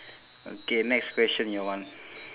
okay next question your one